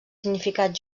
significat